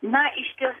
na išties